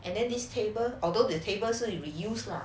and then this table although the table 是 reuse lah